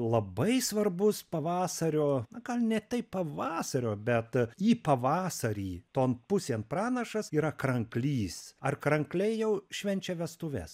labai svarbus pavasario na gal ne taip pavasario bet į pavasarį ton pusėn pranašas yra kranklys ar krankliai jau švenčia vestuves